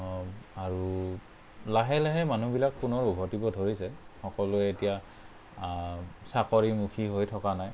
আৰু লাহে লাহে মানুহবিলাক পুনৰ উভতিব ধৰিছে সকলোৱে এতিয়া চাকৰীমুখী হৈ থকা নাই